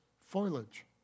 foliage